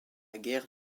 guerre